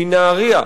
מנהרייה,